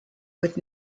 with